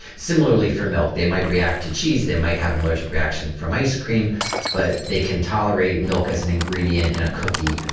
similarly for milk, they might react to cheese, they might have an allergic reaction from ice-cream but they can tolerate milk as an ingredient in a cookie.